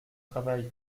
travail